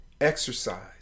exercise